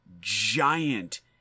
giant